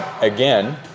Again